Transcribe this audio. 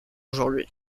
aujourd’hui